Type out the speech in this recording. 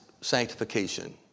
sanctification